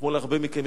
כמו להרבה מכם,